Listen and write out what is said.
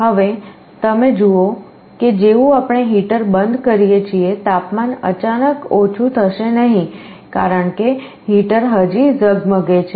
હવે તમે જુઓ કે જેવું આપણે હીટર બંધ કરીએ છીએ તાપમાન અચાનક ઓછું થશે નહીં કારણ કે હીટર હજી ઝગમગે છે